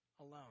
alone